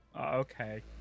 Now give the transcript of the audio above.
okay